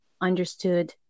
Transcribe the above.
understood